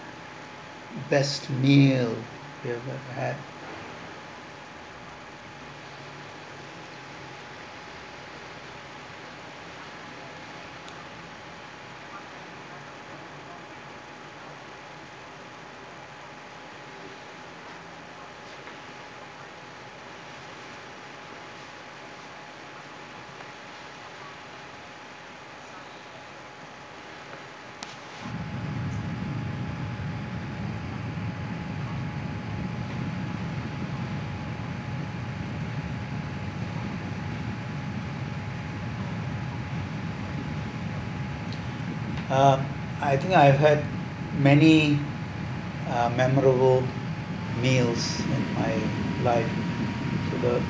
best meal you ever had uh I think I had many uh memorable meals in my life